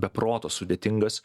be proto sudėtingas